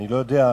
אני לא יודע.